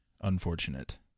unfortunate